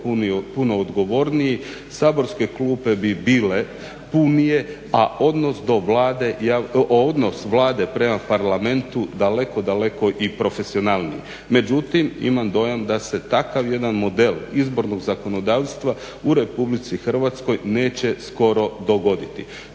puno odgovorniji, saborske klupe bi bile punije, a odnos Vlade prema Parlamentu daleko, daleko i profesionalnije. Međutim imam dojam da se jedan takav model izbornog zakonodavstva u RH neće skoro dogoditi.